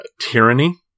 tyranny